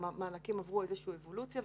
המענקים עברו איזושהי אבולוציה,